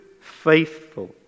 faithful